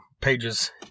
pages